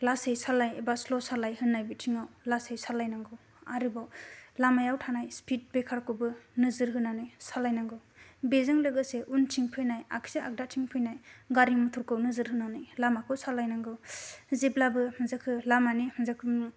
लासै सालाय बा स्ल' सालाय होननाय बिथिंआव लासै सालायनांगौ आरोबाव लामायाव थानाय स्पिड ब्रेकारखौबो नोजोर होनानै सालायनांगौ बेजों लोगोसे उनथिं फैनाय आखि आग्दा थिं फैनाय गारि मटरखौ नोजोर होनानै लामाखौ सालायनांगौ जेब्लाबो जोखो लामानि जायखुनु